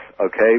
Okay